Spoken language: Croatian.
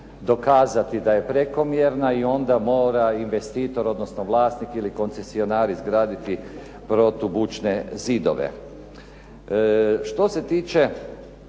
dokazati da je prekomjerna i onda mora investitor, odnosno vlasnik ili koncesionar izgraditi protubučne zidove. Što se tiče